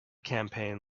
campaign